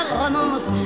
romance